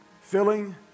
filling